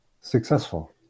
successful